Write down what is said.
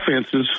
offenses